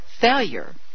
failure